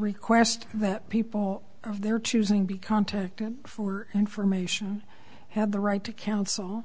request that people of their choosing be contacted for information have the right to counsel